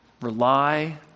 Rely